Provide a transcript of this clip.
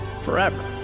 forever